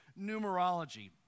numerology